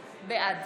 בעד